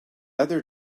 other